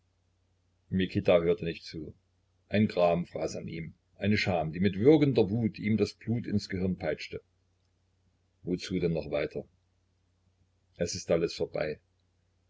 mikita hörte nicht zu ein gram fraß an ihm eine scham die mit würgender wut ihm das blut ins gehirn peitschte wozu denn noch weiter es ist alles vorbei